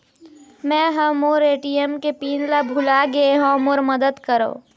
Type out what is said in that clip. मै ह मोर ए.टी.एम के पिन ला भुला गे हों मोर मदद करौ